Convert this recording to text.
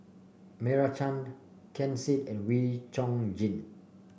Meira Chand Ken Seet and Wee Chong Jin